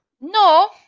No